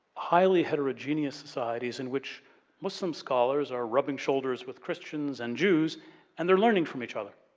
highly heterogeneous societies in which muslim scholars are rubbing shoulders with christians and jews and they're learning from each other.